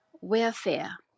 welfare